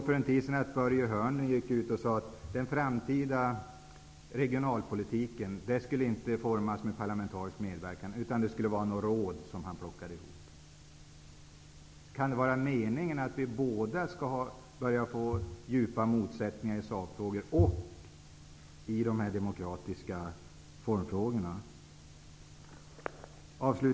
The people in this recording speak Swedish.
För en tid sedan gick Börje Hörnlund ut och sade att den framtida regionalpolitiken inte skulle formas genom parlamentarisk medverkan, utan det skulle finnas några råd som han plockar ihop. Kan det vara meningen att vi skall få djupa motsättningar både i sakfrågor och i de här demokratiska formfrågorna?